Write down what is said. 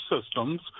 systems